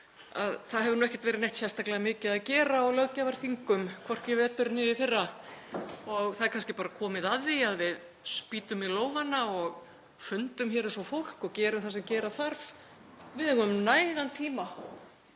það hefur ekkert verið neitt sérstaklega mikið að gera á löggjafarþingum, hvorki í vetur né í fyrra og það er kannski bara komið að því að við spýtum í lófana og fundum hér eins og fólk og gerum það sem gera þarf. Við höfum nægan tíma.